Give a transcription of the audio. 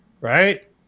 right